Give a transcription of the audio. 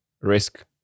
risk